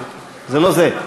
זה לא זה.